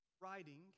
writing